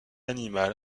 animal